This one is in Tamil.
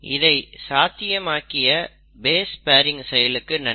இதை சாத்தியமாக்கிய பேஸ் பேரிங் செயலுக்கு நன்றி